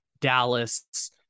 Dallas